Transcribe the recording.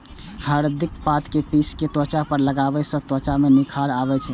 हरदिक पात कें पीस कें त्वचा पर लगाबै सं त्वचा मे निखार आबै छै